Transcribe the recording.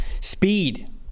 speed